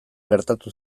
gertatu